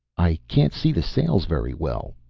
i can't see the sails very well,